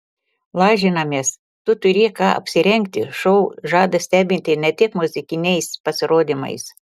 lažinamės tu turi ką apsirengti šou žada stebinti ne tik muzikiniais pasirodymais